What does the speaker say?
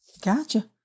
Gotcha